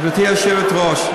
גברתי היושבת-ראש,